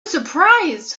surprised